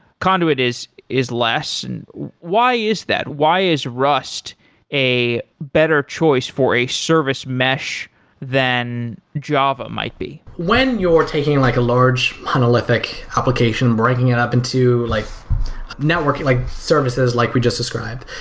conduit is is less and why is that? why is rust a better choice for a service mesh than java might be? when you are taking like a large monolithic application, breaking it up into like network like services like we just described,